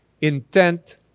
Intent